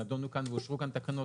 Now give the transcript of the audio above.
נדונו כאן ואושרו כאן תקנות.